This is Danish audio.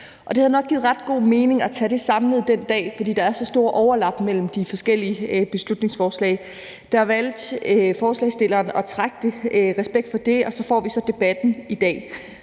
Det havde nok givet ret god mening at tage det samlet den dag, fordi der er så store overlap mellem de forskellige beslutningsforslag. Der valgte forslagsstilleren at trække det – respekt for det – og så får vi så debatten i dag.